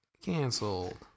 Canceled